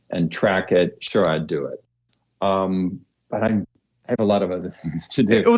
and track it, sure i'd do it um but i have a lot of other things to do well,